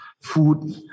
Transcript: food